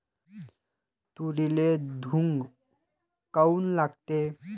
तुरीले घुंग काऊन लागते?